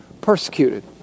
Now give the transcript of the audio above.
persecuted